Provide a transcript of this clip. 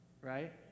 right